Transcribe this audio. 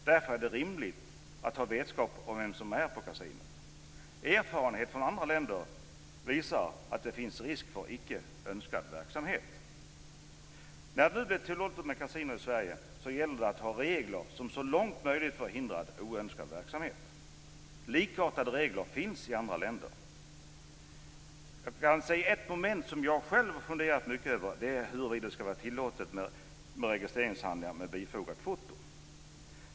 Därför är det rimligt att ha vetskap om vem som är på kasinot. Erfarenhet från andra länder visar att det finns risk för icke önskad verksamhet. När det nu blir tillåtet med kasinon i Sverige gäller det att ha regler som så långt som möjligt förhindrar oönskad verksamhet. Likartade regler finns i andra länder. Ett moment som jag själv funderat mycket över är huruvida det skall vara tillåtet med registreringshandlingar med bifogat foto.